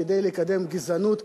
כדי לקדם גזענות,